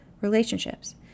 relationships